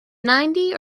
ninety